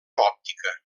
òptica